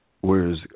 Whereas